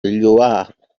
lloar